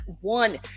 one